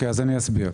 אני אסביר.